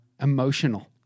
emotional